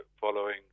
following